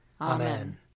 Amen